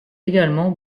également